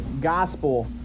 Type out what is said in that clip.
gospel